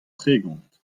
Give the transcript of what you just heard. tregont